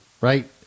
right